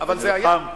ניסיתי,